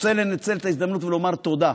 רוצה לנצל את ההזדמנות ולומר תודה.